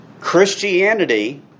Christianity